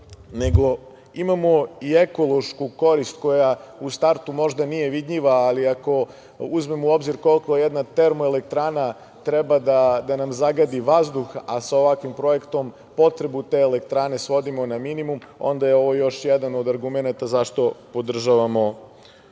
nego imamo i ekološku korist, koja u startu možda nije vidljiva, ali ako uzmemo u obzir koliko jedna termoelektrana treba da nam zagadi vazduh, a sa ovakvim projektom potrebu te elektrane svodimo na minimum, onda je ovo još jedan od argumenata zašto podržavamo